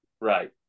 Right